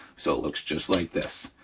so it looks just like this,